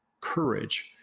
courage